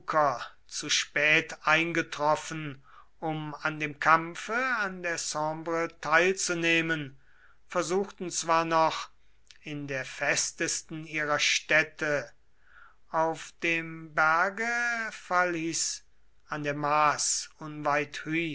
zu spät eingetroffen um an dem kampfe an der sambre teilzunehmen versuchten zwar noch in der festesten ihrer